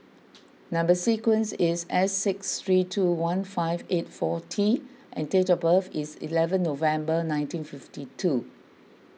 Number Sequence is S six three two one five eight four T and date of birth is eleven November nineteen fifty two